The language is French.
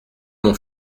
mon